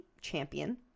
champion